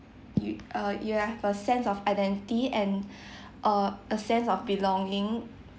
yo~ uh you have a sense of identity and uh a sense of belonging